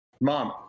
Mom